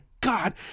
God